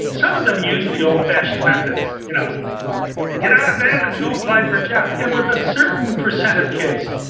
some of them use the old-fashioned methods, you know get out of bed and go apply for a job. and with a certain percent of kids,